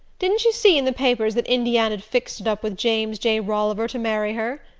didn't you see in the papers that indiana'd fixed it up with james j. rolliver to marry her?